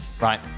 Right